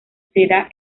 será